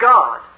God